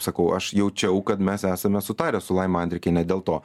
sakau aš jaučiau kad mes esame sutarę su laima andrikiene dėl to